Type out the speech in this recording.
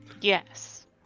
Yes